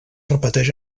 repeteix